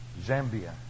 Zambia